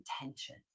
intention